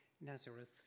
Nazareth